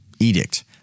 edict